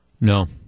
No